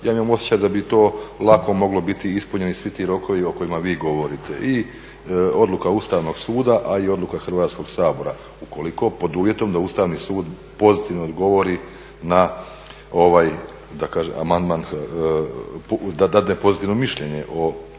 ja imam osjećaj da bi to lako moglo biti ispunjeni ti svi rokovi o kojima vi govorite i odluka Ustavnog suda, a i odluka Hrvatskog sabora ukoliko pod uvjetom da Ustavni sud pozitivno odgovori na ovaj amandman, da dade pozitivno mišljenje o referendumskom